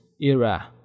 era